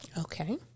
Okay